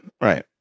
Right